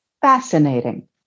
fascinating